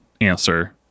answer